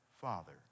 Father